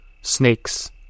snakes